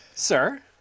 sir